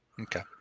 Okay